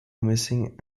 missing